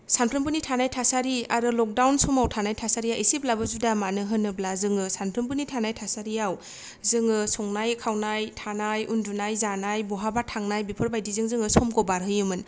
सानफ्रोबमबोनि थानाय थासारि आरो लकदाउन समाव थानाय थासारिया इसेब्लाबो जुदा मानो होनोब्ला जोङो सानफ्रोमबोनि थासारियाव जोङो संनाय खावनाय थानाय उन्दुनाय जानाय बहाबा थांनाय बेफोरबायदिजों जोङो समखौ बारहोयोमोन